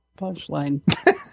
punchline